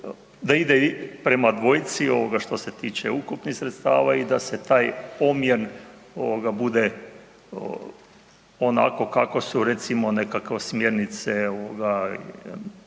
da ide prema dvojici što se tiče ukupnih sredstava i da se taj omjer bude onako kako su recimo nekakve smjernice